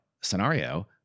scenario